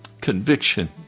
conviction